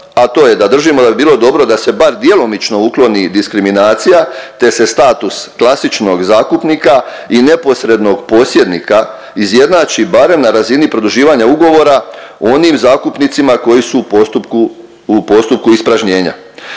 a to je da držimo da bi bilo dobro da se bar djelomično ukloni diskriminacija, te se status klasičnog zakupnika i neposrednog posjednika izjednači barem na razini produživanja ugovora onim zakupnicima koji su u postupku ispražnjenja.